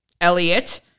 Elliot